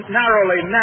narrowly